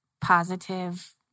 positive